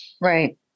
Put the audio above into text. Right